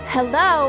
hello